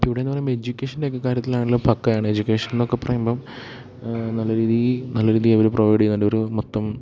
ഇവിടേന്ന് പറയുമ്പോൾ എജ്യുക്കേഷൻ്റെയൊക്കെ കാര്യത്തിലാണേല് പക്കായാണ് എജ്യുക്കേഷൻ എന്നൊക്കെ പറയുമ്പം നല്ല രീതിയിൽ നല്ല രീതിയിൽ അവര് പ്രൊവൈഡ് ചെയ്യുന്നുണ്ട് ഒരു മൊത്തം